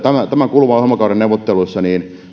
tämän tämän kuluvan ohjelmakauden neuvotteluissa